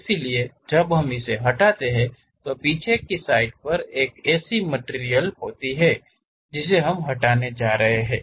इसलिए जब हम उसे हटाते हैं तो पीछे की साइड पर एक ऐसी मटिरियल होती है जिसे हम हटाने जा रहे हैं